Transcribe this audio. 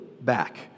back